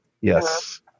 yes